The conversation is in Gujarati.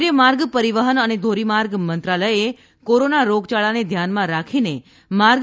કેન્દ્રીય માર્ગ પરીવહન અને ધોરીમાર્ગ મંત્રાલયે કોરોના રોગચાળાને ધ્યાનમાં રાખીને માર્ગ